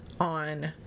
on